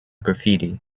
graffiti